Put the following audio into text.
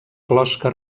closca